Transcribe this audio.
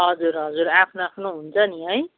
हजुर हजुर आफ्नो आफ्नो हुन्छ नि है